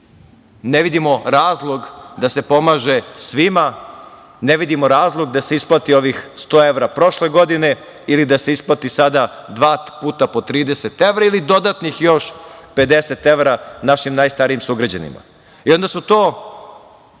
Ne vidimo razlog da se pomaže svima? Ne vidimo razlog da se isplati ovih 100 evra prošle godine ili da se isplati sada dva puta po 30 evra ili dodatnih još 50 evra našim najstarijim sugrađanima? I onda su to